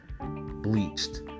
bleached